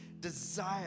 desire